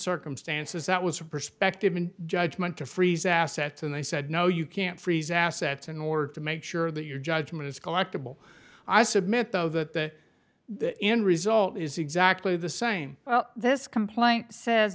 circumstances that was a perspective and judgment to freeze assets and they said no you can't freeze assets in order to make sure that your judgment is collectable i submit though that the end result is exactly the same well this complaint says